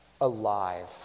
alive